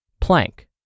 Plank